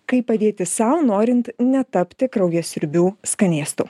kaip padėti sau norint netapti kraujasiurbių skanėstu